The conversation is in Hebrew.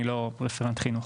אני לא רפרנט חינוך.